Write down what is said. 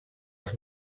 els